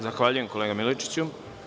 Zahvaljujem, kolega Miličiću.